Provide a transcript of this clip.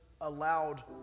allowed